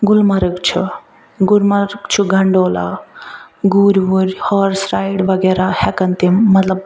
گلمرگ چھِ گلمرگ چھُ گنڈولا گُرۍ وُرۍ ہارٕس رایڈ وغیرہ ہیٚکن تِم مطلب